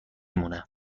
مونه